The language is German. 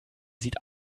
sieht